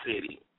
City